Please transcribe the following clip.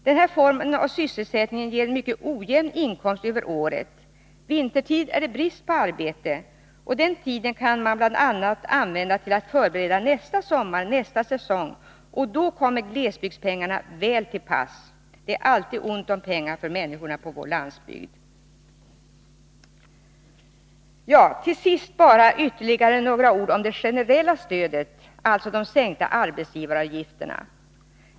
Denna form av sysselsättning ger en mycket ojämn inkomst över året. Vintertid har man brist på arbete, och då kan man använda tiden till att bl.a. förbereda nästa sommar och nästa säsong. Då kommer glesbygdspengarna väl till pass. Det är alltid ont om pengar för människorna på vår landsbygd. Till sist bara ytterligare några ord om det generella stödet, alltså de sänkta arbetsgivaravgifterna.